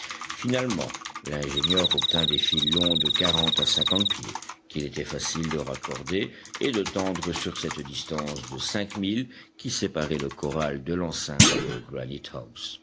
finalement l'ingénieur obtint des fils longs de quarante à cinquante pieds qu'il était facile de raccorder et de tendre sur cette distance de cinq milles qui séparait le corral de l'enceinte de